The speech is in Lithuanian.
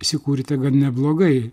įsikūrėte gan neblogai